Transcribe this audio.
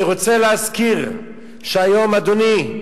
אני רוצה להזכיר שהיום, אדוני,